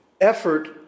effort